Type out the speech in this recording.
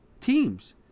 teams